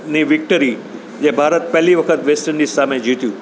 ની વિક્ટરી જે ભારત પહેલી વખત વેસ્ટ ઈન્ડિઝ સામે જીત્યું